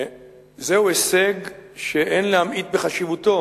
זהו הישג שאין להמעיט בחשיבותו,